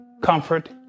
comfort